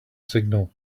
signal